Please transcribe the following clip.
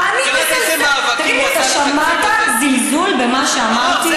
אתה אמרת: 1.2 מיליארד.